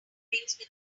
wings